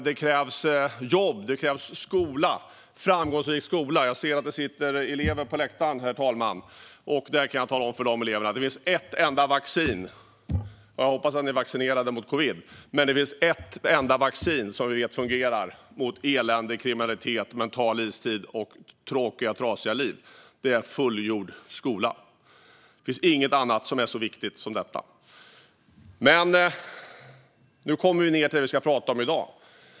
Det krävs jobb och skola, framgångsrik skola. Jag ser att det sitter elever på läktaren, herr talman. Jag kan tala om för de eleverna att det finns ett enda vaccin. Jag hoppas att ni är vaccinerade mot covid, men det finns ett enda vaccin som vi vet fungerar mot elände, kriminalitet, mental istid och tråkiga, trasiga liv. Det är fullgjord skolgång. Det finns inget annat som är så viktigt som detta. Nu kommer vi till det vi ska prata om i dag.